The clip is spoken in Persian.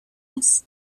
است